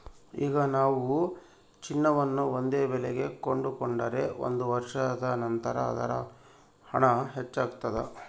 ಈಗ ನಾವು ಚಿನ್ನವನ್ನು ಒಂದು ಬೆಲೆಗೆ ಕೊಂಡುಕೊಂಡರೆ ಒಂದು ವರ್ಷದ ನಂತರ ಅದರ ಹಣ ಹೆಚ್ಚಾಗ್ತಾದ